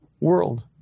world